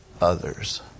others